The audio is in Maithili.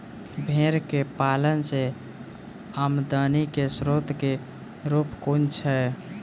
भेंर केँ पालन सँ आमदनी केँ स्रोत केँ रूप कुन छैय?